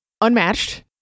Unmatched